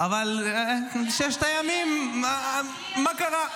אבל ששת הימים, מה קרה?